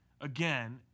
again